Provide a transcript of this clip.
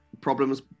problems